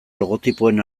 logotipoen